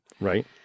Right